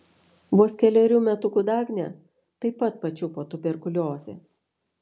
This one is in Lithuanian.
vos kelerių metukų dagnę taip pat pačiupo tuberkuliozė